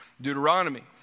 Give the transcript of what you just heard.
Deuteronomy